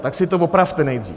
Tak si to opravte nejdřív.